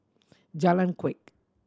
Jalan Kuak